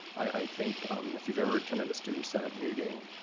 i think if you've ever attended a student senate meeting,